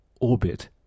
Orbit